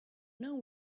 know